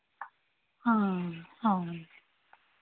అవునండి